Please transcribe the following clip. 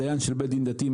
דיין של בית דין דתי,